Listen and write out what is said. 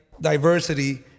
diversity